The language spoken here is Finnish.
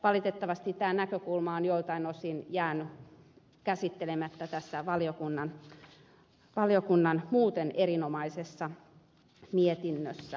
valitettavasti tämä näkökulma on joiltain osin jäänyt käsittelemättä valiokunnan muuten erinomaisessa mietinnössä